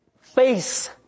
face